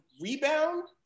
rebound